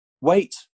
Wait